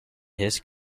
his